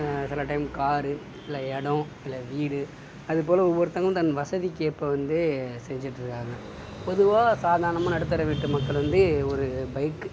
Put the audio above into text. சில time car இல்லை இடோம் இல்லை வீடு அது போல் ஒவ்வொருத்தவங்க தன் வசதிக்கேற்ப வந்து செஞ்சிகிட்ருக்காங்க பொதுவாக சாதாரணமாக நடுத்தர வீட்டு மக்கள் வந்து ஒரு பைக்